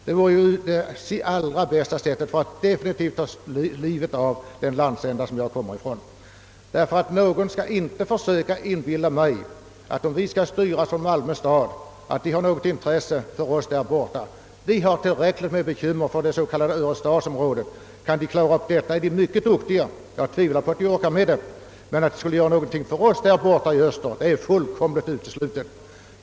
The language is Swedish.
Det vore det allra bästa sättet att definitivt ta livet av den landsända som jag kommer ifrån. Ingen skall försöka inbilla mig att de styrande i Malmö skulle ha något intresse för oss därborta. De har tillräckligt med bekymmer för det s.k. Örestadsområdet; klarar de av den saken, är de mycket duktiga, men jag tvivlar på att de orkar med det. Att de skulle göra någonting för oss där borta i öster är fullkomligt uteslutet.